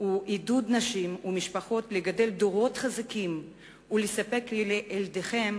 הוא עידוד נשים ומשפחות לגדל דורות חזקים ולספק לילדיכם